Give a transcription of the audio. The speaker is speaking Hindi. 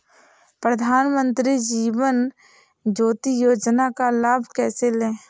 प्रधानमंत्री जीवन ज्योति योजना का लाभ कैसे लें?